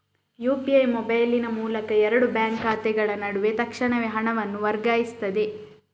UPI ಮೊಬೈಲಿನ ಮೂಲಕ ಎರಡು ಬ್ಯಾಂಕ್ ಖಾತೆಗಳ ನಡುವೆ ತಕ್ಷಣವೇ ಹಣವನ್ನು ವರ್ಗಾಯಿಸ್ತದೆ